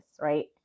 right